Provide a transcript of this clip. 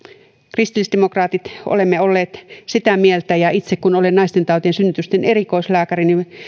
kristillisdemokraatit olemme olleet sitä mieltä ja itse kun olen naistentautien ja synnytysten erikoislääkäri ja olen